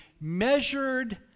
measured